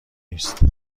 نیست